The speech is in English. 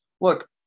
look